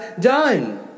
done